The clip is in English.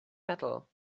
metal